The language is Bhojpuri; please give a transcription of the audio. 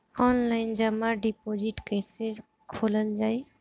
आनलाइन जमा डिपोजिट् कैसे खोलल जाइ?